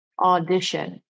audition